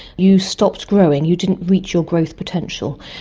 you stopped growing, you didn't reach your growth potential,